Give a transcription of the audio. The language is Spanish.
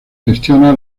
gestiona